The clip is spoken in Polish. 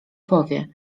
powie